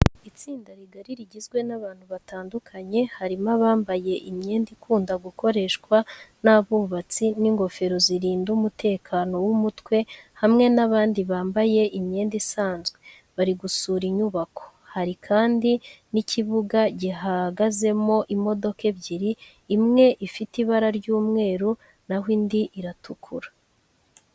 Itsinda rigari rigizwe n'abantu batandukanye harimo abambaye imyenda ikunda gukoreshwa n'abubatsi n'ingofero zirinda umutekano w'umutwe hamwe n'abandi bambaye imyenda isanzwe, bari gusura inyubako. Hari kandi n'ikibuga gihagazemo imodoka ebyiri, imwe ifite ibara ry'umweru na ho indi iratukura.